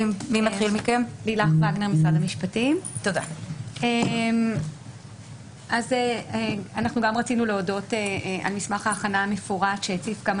גם אנחנו רצינו להודות על מסמך ההכנה המפורט שהציף כמה